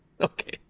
Okay